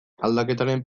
aldaketaren